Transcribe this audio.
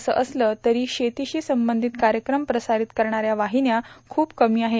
असं असले तरी शेतीशी संबंधित कार्यक्रम प्रसारित करणाऱ्या वाहिन्या खूप कमी आहेत